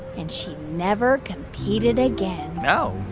and she never competed again oh,